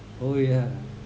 oh ya